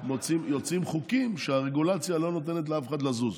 ואז פתאום יוצאים חוקים והרגולציה לא נותנת לאף אחד לזוז.